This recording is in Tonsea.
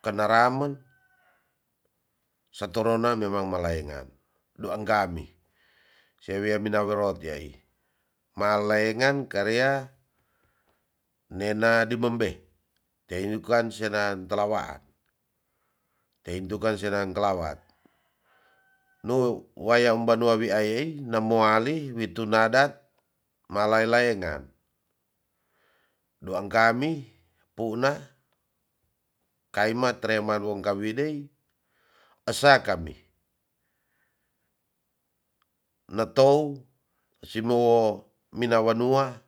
kenaramen satorona memang malaengan duang kami sia wia mina warat yaai malengan karia nena dimembe tentu kan senan talawaan teintu kan senan kalawat nu wayam banua wi ayaai namoali ni nitu nadat ma lae laenga duang kami puna kaima trema wong kawidei esa kami netou si muo mina wanua